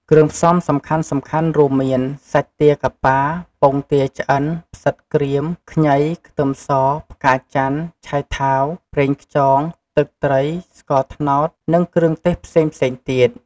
គ្រឿងផ្សំសំខាន់ៗរួមមាន សាច់ទាកាប៉ា ពងទាឆ្អិន ផ្សិតក្រៀម ខ្ញី ខ្ទឹមស ផ្កាចន្ទន៍ ឆៃថាវ ប្រេងខ្យង ទឹកត្រី ស្ករត្នោត និងគ្រឿងទេសផ្សេងៗទៀត។